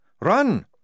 Run